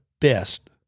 best